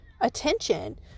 attention